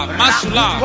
masula